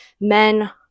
men